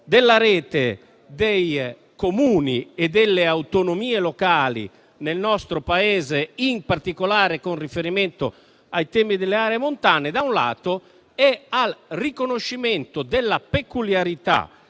della rete dei Comuni e delle autonomie locali nel nostro Paese, in particolare con riferimento ai temi delle aree montane. Il secondo aspetto è relativo al riconoscimento della peculiarità,